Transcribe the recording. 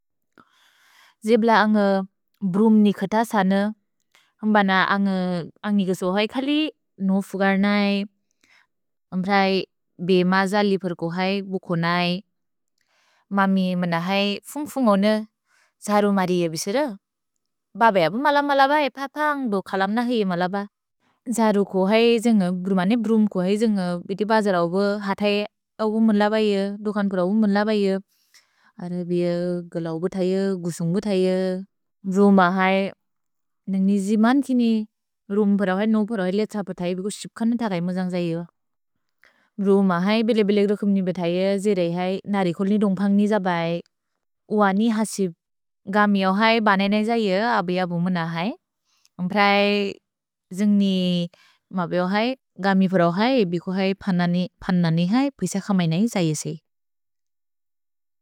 जिब्ल अन्ग् ब्रुम् निकित सन। म्बन अन्ग् निकिसो है खलि नो फुगर् नै। म्प्रए बे मज लिपुर् कुहै बुकु नै। ममि मन है फुन्ग् फुन्गौने। जरो मरिअ बिसेर। भब यबु मलम् मलबै। पतन्ग् दो खलम् नहि ये मलब। जरो कुहै जिन्ग् ब्रुमने ब्रुम् कुहै। जिन्ग् बेति बजर् औगो हतये औगो मुलबै ये। दोकन्कुर औगो मुलबै ये। अर बिअ गलौ बतये, गुसुन्ग् बतये। भ्रुम है। नन्ग् नि जिमन् किने। भ्रुम फुरव् है, नो फुरव् है, ले त्स बतये। भिको सिप्कन थकै मज अन्ग् जैयो। भ्रुम है, बेलेबेले दो कुम्नि बतये। जेरै है, नरि खुलि दोन्ग्फन्ग् निजबै। उअनि हसिप् गमि औ है। भने नै जैयो। अबि यबु मन है। म्प्रए जिन्ग् नि मबि औ है। गमि फुरव् है। भिको है, पन् ननि है। पिस खमै नै जैयो से।